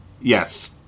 Yes